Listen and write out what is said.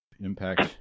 Impact